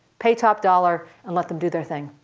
pay top dollar, and let them do their thing.